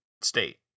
state